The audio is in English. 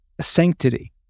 sanctity